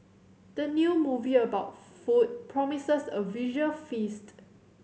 the new movie about food promises a visual feast